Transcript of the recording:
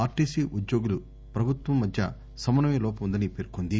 RTC ఉద్యోగులు ప్రభుత్వం మధ్య సమన్వయ లోపం ఉందని పేర్కొంది